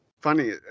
Funny